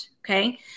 okay